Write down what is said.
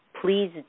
Please